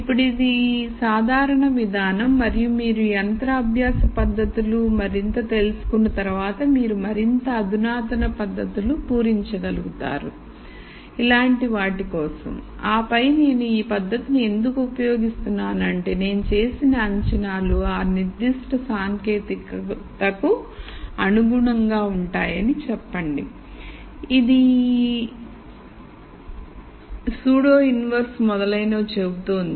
ఇప్పుడు ఇది సాధారణ విధానం మరియు మీరు యంత్ర అభ్యాస పద్ధతులు మరింత తెలుసుకున్న తర్వాత మీరు మరింత అధునాతన పద్ధతులు పూరించగలుగుతారు ఇలాంటి వాటి కోసం ఆపై నేను ఈ పద్ధతిని ఎందుకు ఉపయోగిస్తున్నాను అంటే నేను చేసిన అంచనాలు ఆ నిర్దిష్ట సాంకేతికతకు అనుగుణంగా ఉంటాయని చెప్పండి ఇప్పుడు ఇది సంభావితంగా నకిలీ విలోమం మొదలైనవి చెబుతోంది